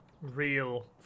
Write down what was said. real